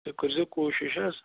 تُہۍ کٔرۍزیو کوٗشِش حظ